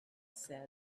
said